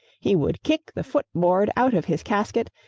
he would kick the foot-board out of his casket,